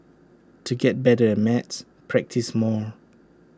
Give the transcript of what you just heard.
to get better at maths practise more